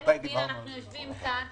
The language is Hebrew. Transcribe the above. הנה אנחנו יושבים פה,